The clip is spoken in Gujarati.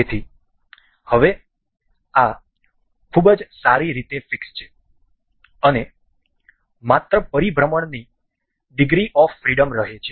તેથી હવે આ ખૂબ જ સારી રીતે ફિક્સ છે અને માત્ર પરિભ્રમણની ડિગ્રી ઓફ ફ્રિડમ રહે છે